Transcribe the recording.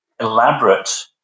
elaborate